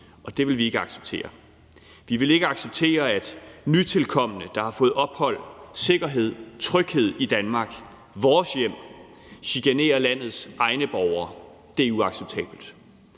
og det vil vi ikke acceptere. Vi vil ikke acceptere, at nytilkomne, der har fået ophold, sikkerhed og tryghed i Danmark, vores hjem, chikanerer landets egne borgere. Det er uacceptabelt.